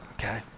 okay